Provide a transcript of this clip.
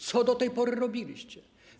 Co do tej pory robiliście?